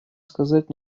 сказать